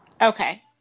Okay